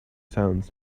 sounds